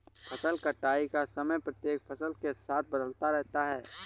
फसल कटाई का समय प्रत्येक फसल के साथ बदलता रहता है